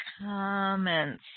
comments